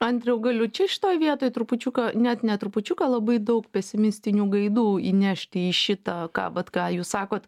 andriau galiu čia šitoj vietoj trupučiuką net ne trupučiuką labai daug pesimistinių gaidų įnešti į šitą ką vat ką jūs sakot